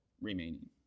remaining